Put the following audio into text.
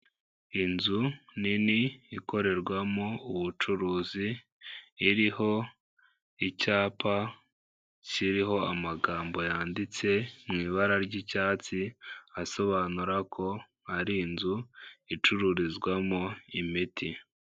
Inzu nini ikorerwamo ubucuruzi iriho icyapa kiriho amagambo yanditse mu ibara ry'icyatsi asobanura ko ari inzu icururizwamo imiti.